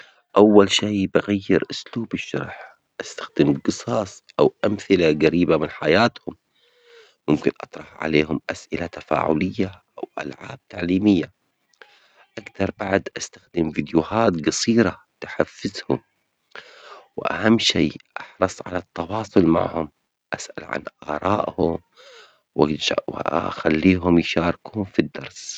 أول شي بغير أسلوب الشرح، أستخدم الجصص أو أمثلة جريبة من حياتهم، ممكن أطرح عليهم أسئلة تفاعلية أو ألعاب تعليمية، أجدر بعد أستخدم فيديوهات جصيرة تحفزهم، وأهم شي أحرص على التواصل معهم، أسأل عن آرائهم وأنشأ وأخليهم يشاركون في الدرس.